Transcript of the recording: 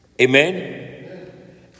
Amen